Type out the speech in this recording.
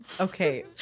Okay